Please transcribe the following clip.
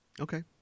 Okay